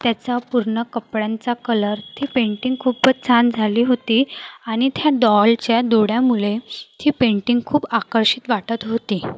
त्याचा पूर्ण कपड्यांचा कलर ती पेंटिंग खूपच छान झाली होती आणि त्या डॉलच्या डोळ्यामुळे ती पेंटिंग खूप आकर्षित वाटत होती